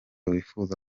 wifuza